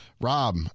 Rob